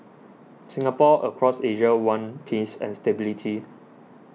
people across Asia want peace and stability